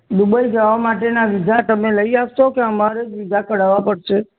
Dubai જવા માટેના visa તમે લઈ આપશો કે અમારે જ વિઝા કઢાવવા પડશે